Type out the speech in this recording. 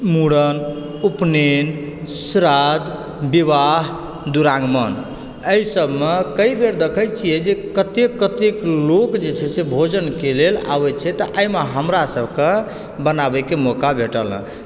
मूड़न उपनयन श्राद्ध विवाह दुरागमन एहि सबमे कए बेर देखै छिए जऽ कतेक कतेक लोक जे छै से भोजनके लेल आबै छै तऽ एहिमे हमरा सबके बनाबएके मौका भेटल हँ